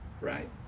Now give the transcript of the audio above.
right